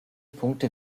punkte